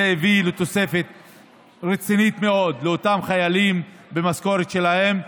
זה הביא לתוספת רצינית מאוד במשכורת של אותם חיילים.